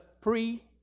free